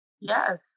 Yes